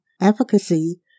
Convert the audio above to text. efficacy